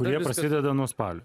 kurie prasideda nuo spalio